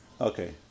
Okay